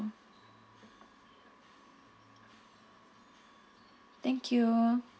thank you